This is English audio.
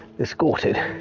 escorted